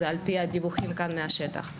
זה על-פי הדיווחים כאן מהשטח.